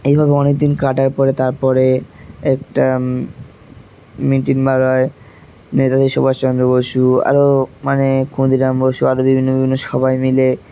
এইভাবে অনেক দিন কাটার পরে তারপরে একটা মিটিং বার হয় নেতাজি সুভাষচন্দ্র বসু আরও মানে ক্ষুদিরাম বসু আরও বিভিন্ন বিভিন্ন সবাই মিলে